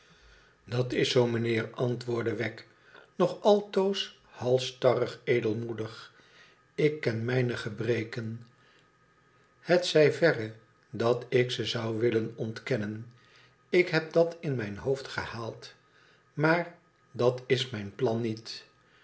dat is zoo meneer antwoordde wegg nog altoos halsstairig edelmoedig ik ken mijne gebreken het zij verre dat ik ze zou willen ontkennen ik heb dat in mijn hoofd gehaald imaar dat is mijn plan niet